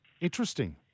Interesting